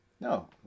No